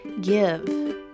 give